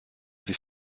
sie